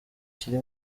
kiri